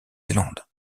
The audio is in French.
zélande